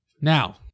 Now